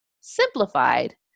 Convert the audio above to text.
simplified